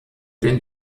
den